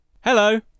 Hello